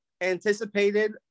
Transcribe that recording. anticipated